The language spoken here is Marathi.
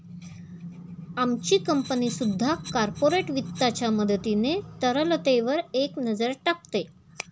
आमची कंपनी सुद्धा कॉर्पोरेट वित्ताच्या मदतीने तरलतेवर एक नजर टाकते